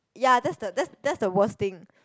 ya that's the that's that's the worst thing